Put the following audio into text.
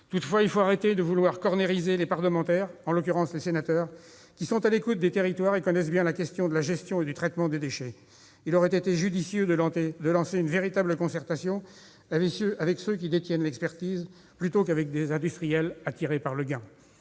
Toutefois, il faut arrêter de vouloir cornériser les parlementaires, en l'occurrence les sénateurs, qui sont à l'écoute des territoires et connaissent bien la question de la gestion et du traitement des déchets. Il aurait été judicieux de lancer une véritable concertation avec ceux qui détiennent l'expertise plutôt qu'avec des industriels attirés par le gain.